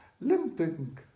limping